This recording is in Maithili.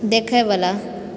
देखएवला